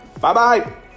Bye-bye